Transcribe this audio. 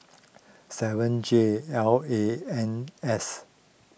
seven J L A N S